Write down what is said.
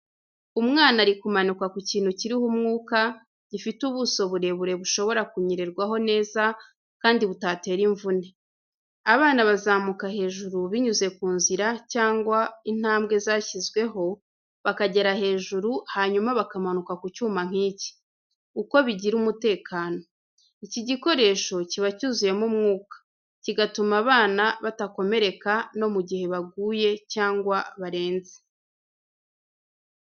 Umwana ari kumanuka ku kintu kiriho umwuka, gifite ubuso burebure bushobora kunyererwaho neza kandi butatera imvune. Abana bazamuka hejuru binyuze ku nzira cyangwa intambwe zashyizweho, bakagera hejuru hanyuma bakamanuka ku cyuma nk’iki. Uko bigira umutekano: Iki gikoresho kiba cyuzuyemo umwuka, kigatuma abana batakomeretsa no mu gihe baguye cyangwa barenze.